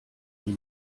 wie